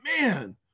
man